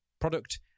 product